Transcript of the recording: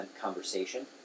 conversation